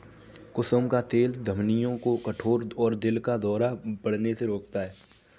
कुसुम का तेल धमनियों को कठोर और दिल का दौरा पड़ने से रोकता है